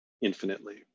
infinitely